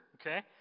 Okay